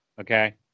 Okay